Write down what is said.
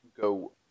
go